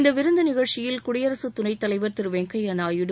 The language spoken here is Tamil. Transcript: இந்த விருந்து நிகழ்ச்சியில் குடியரசு துணைத் தலைவர் திரு வெங்கைய நாயுடு